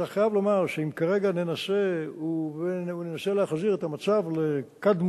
אני חייב לומר שאם כרגע ננסה להחזיר את המצב לקדמותו,